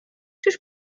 czyż